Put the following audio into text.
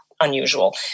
unusual